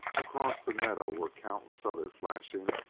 across the meadow were countless other flashing,